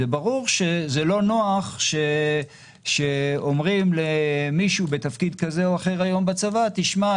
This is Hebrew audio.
זה ברור שזה לא נוח שאומרים למישהו בתפקיד כזה או אחר בצבא: תשמע,